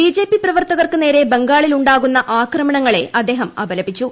BJP പ്രവർത്തകർക്ക് നേരെ ബംഗാളിൽ ഉ ാകുന്ന ആക്രമണങ്ങളെ അദ്ദേഹം അപലപിച്ചു